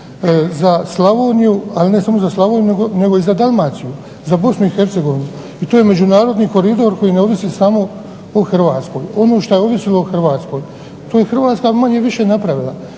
za Slavoniju, ali ne samo za Slavoniju nego i za Dalmaciju i za BiH i to je međunarodni koridor koji ne ovisi samo o Hrvatskoj, ono što je ovisili o Hrvatskoj to je HRvatska manje više napravila